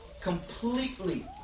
Completely